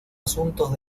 asuntos